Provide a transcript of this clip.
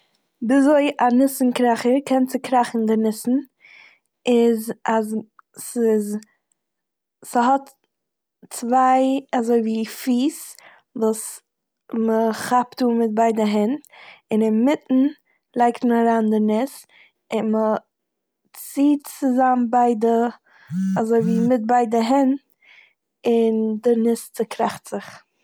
וויזוי א ניסען קראכער קען צוקראכן די ניסען איז אז מ'- ס'איז- ס'האט צוויי אזויווי פיס וואס מ'כאפט אן מיט ביידע הענט און אינמיטן לייגט מען אריין די ניס און מ'ציט צוזאם ביידע אזויווי מיט ביידע הענט און די ניס צוקראכט זיך.